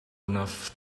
enough